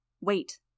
Wait